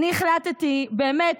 אני החלטתי באמת,